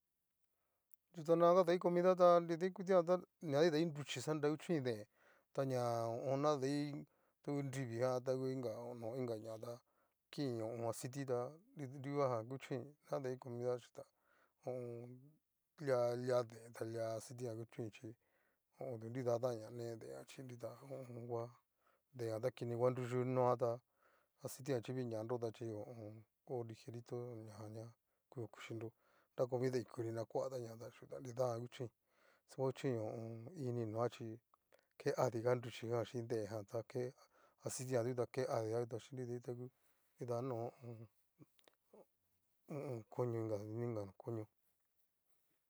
Yu ta ña kadai comida ta nridaikutiajan ta ña kadai nruchí xanra kuchoín deen aña kadai tu nrivi ha u inga no ingañatá kei ho o on. aceite ta nru uuajan kuchoín, davaxhichí ta lia deen ta lia aciti kuchóntui chí odu nidatanña ne deen jan chí nrita ho o on. ngua deen jan ta kini va nruyu noata aceitejan ta u'ña nrota chí ho o on o lijerito ñajan ña ku kuxinro nra comida nikuni na kua ña ñajan ta nidajan kuchoín, xajan va kuchoín iin ni noa chí kee adiga nruchí ján chín deenján ta ke acitijan tukeadigata chín nrida ngutu ho o on. koño inga ño koño.